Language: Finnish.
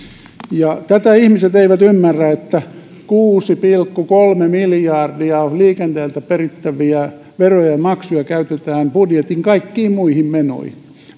tätä ihmiset eivät ymmärrä että kuusi pilkku kolme miljardia liikenteeltä perittäviä veroja ja maksuja käytetään budjetin kaikkiin muihin menoihin